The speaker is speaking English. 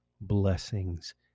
blessings